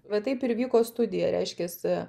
vat taip ir vyko studija reiškiasi